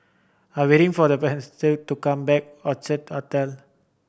I'm waiting for the to come back Orchard Hotel